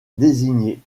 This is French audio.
désigné